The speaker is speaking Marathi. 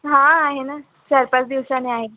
हां आहे ना चार पाच दिवसाने आहे